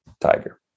Tiger